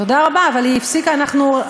תודה רבה, אבל היא הפסיקה, אנחנו,